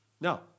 No